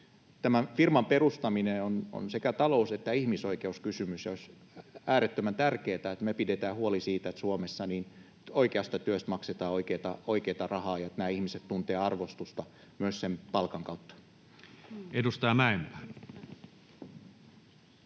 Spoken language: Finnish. tämän firman perustaminen on sekä talous- että ihmisoikeuskysymys, ja olisi äärettömän tärkeätä, että me pidetään huoli siitä, että Suomessa oikeasta työstä maksetaan oikeata rahaa ja että nämä ihmiset tuntevat arvostusta myös sen palkan kautta. Edustaja Mäenpää.